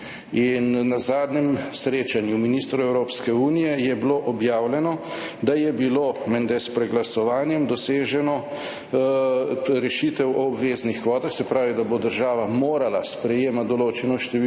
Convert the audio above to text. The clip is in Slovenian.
Na zadnjem srečanju ministrov Evropske unije je bilo objavljeno, da je bila, menda s preglasovanjem, dosežena rešitev o obveznih kvotah. Se pravi, da bo država morala sprejemati določeno število